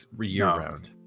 year-round